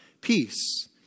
peace